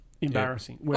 Embarrassing